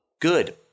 good